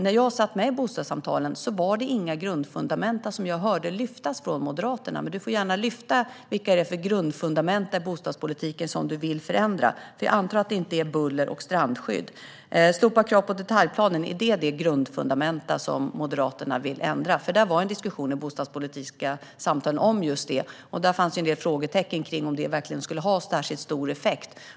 När jag deltog i bostadssamtalen var det inte grundfundament jag hörde lyftas fram från Moderaterna, men du får gärna ta upp vilka grundfundament i bostadspolitiken du vill förändra, Mats Green. Jag antar att det inte är buller och strandskydd. Är slopat krav på detaljplan det grundfundament Moderaterna vill ändra? Det fördes nämligen en diskussion i de bostadspolitiska samtalen om just det, och det fanns en del frågetecken kring om det verkligen skulle ha särskilt stor effekt.